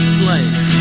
place